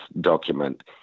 document